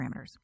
parameters